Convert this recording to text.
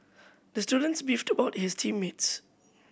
the student beefed about his team mates